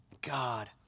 God